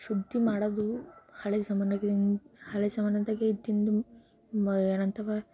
ಶುದ್ಧಿ ಮಾಡೋದು ಹಳೆ ಜಮಾನಾಗಿನ ಹಳೆಯ ಜಮನದಾಗೆ ಇದ್ದಿದ್ದು ಏನು ಅಂತವ